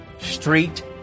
street